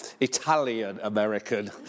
Italian-American